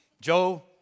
Joe